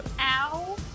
Ow